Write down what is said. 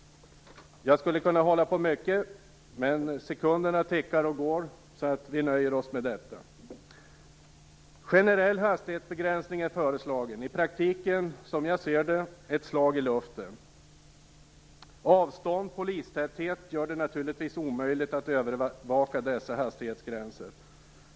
Jag skulle kunna hålla på länge, men sekunderna tickar och går, så vi nöjer oss med detta. praktiken är det, som jag ser det, ett slag i luften. Avstånd och polistäthet gör det naturligtvis omöjligt att övervaka dessa hastighetsgränser.